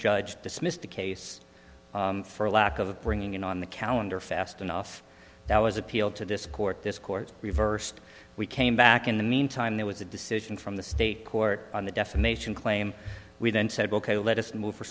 judge dismissed the case for a lack of bringing in on the calendar fast enough that was appealed to discord this court reversed we came back in the meantime there was a decision from the state court on the defamation claim we then said ok let us move for